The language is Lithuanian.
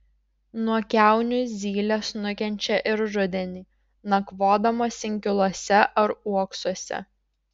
nuo kiaunių zylės nukenčia ir rudenį nakvodamos inkiluose ar uoksuose